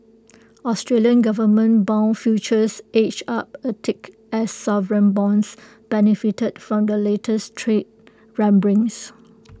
Australian government Bond futures edge up A tick as sovereign bonds benefited from the latest trade rumblings